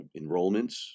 enrollments